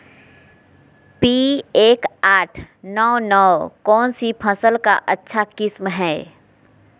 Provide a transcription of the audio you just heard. P एक आठ नौ नौ कौन सी फसल का अच्छा किस्म हैं?